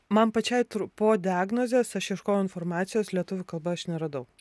man pačiai tur po diagnozės aš ieškojau informacijos lietuvių kalba aš neradau